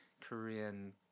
korean